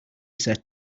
set